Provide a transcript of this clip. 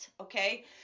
Okay